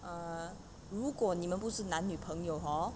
err 如果你们不是男女朋友 hor